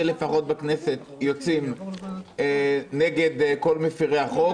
לפחות בכנסת יוצאים נגד כל מפרי החוק.